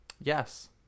Yes